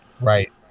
Right